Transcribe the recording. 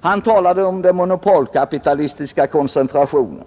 Herr Svensson talade om den monopolkapitalistiska koncentrationen,